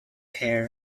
care